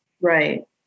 Right